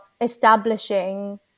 establishing